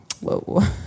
whoa